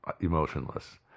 emotionless